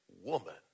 woman